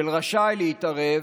של רשאי להתערב,